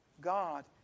God